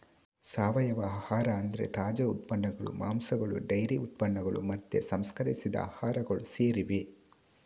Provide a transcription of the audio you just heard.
ಸಾವಯವ ಆಹಾರ ಅಂದ್ರೆ ತಾಜಾ ಉತ್ಪನ್ನಗಳು, ಮಾಂಸಗಳು ಡೈರಿ ಉತ್ಪನ್ನಗಳು ಮತ್ತೆ ಸಂಸ್ಕರಿಸಿದ ಆಹಾರಗಳು ಸೇರಿವೆ